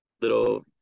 little